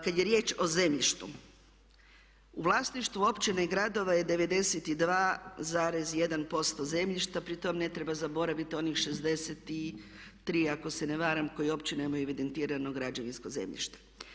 Kad je riječ o zemljištu u vlasništvu općine i gradova je 92,1% zemljišta pri tome ne treba zaboraviti onih 63 ako se ne varam koji uopće nemaju evidentirano građevinsko zemljište.